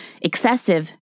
excessive